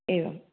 एवम्